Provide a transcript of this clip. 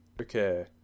Okay